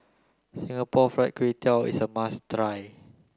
Singapore Fried Kway Tiao is a must try